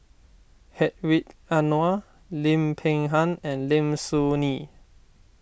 Hedwig Anuar Lim Peng Han and Lim Soo Ngee